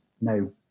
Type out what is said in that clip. no